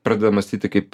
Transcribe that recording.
pradeda mąstyti kaip